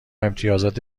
امتیازات